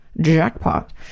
jackpot